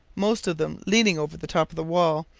most of them leaning over the top of the wall,